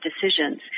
decisions